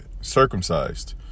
circumcised